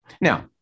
Now